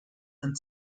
and